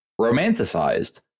romanticized